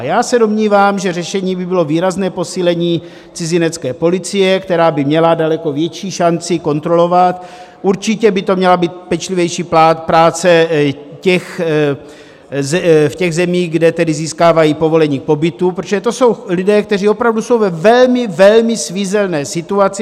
Já se domnívám, že řešením by bylo výrazné posílení cizinecké policie, která by měla daleko větší šanci kontrolovat, určitě by to měla být pečlivější práce v těch zemích, kde získávají povolení k pobytu, protože to jsou lidé, kteří opravdu jsou ve velmi, velmi svízelné situaci.